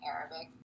Arabic